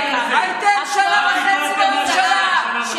הייתם שנה וחצי בממשלה,